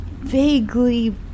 vaguely